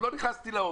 עוד לא נכנסתי לעומק.